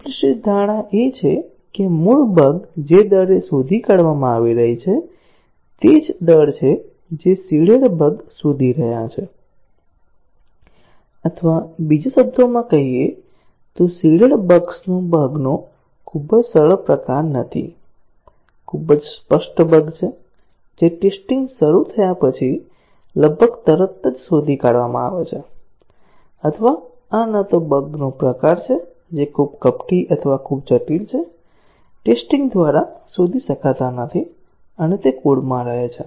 implicit ધારણા એ છે કે મૂળ બગ જે દરે શોધી કાઢવામાં આવી રહી છે તે તે જ દર છે જે સીડેડ બગ શોધી રહ્યા છે અથવા બીજા શબ્દોમાં કહીએ તો સીડેડ બગ્સ બગનો ખૂબ જ સરળ પ્રકાર નથી ખૂબ જ સ્પષ્ટ બગ છે જે ટેસ્ટીંગ શરૂ થયા પછી લગભગ તરત જ શોધી કાઢવામાં આવે છે અથવા આ ન તો બગ નો પ્રકાર છે જે ખૂબ કપટી અથવા ખૂબ જટિલ છે ટેસ્ટીંગ દ્વારા શોધી શકાતા નથી અને તે કોડમાં રહે છે